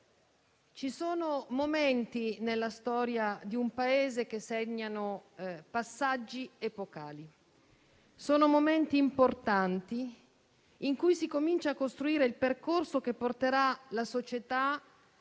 ci sono momenti nella storia di un Paese che segnano passaggi epocali. Sono momenti importanti, in cui si comincia a costruire il percorso che porterà la società